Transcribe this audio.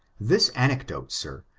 this anecdote, sir,